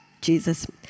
Jesus